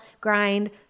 grind